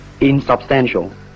insubstantial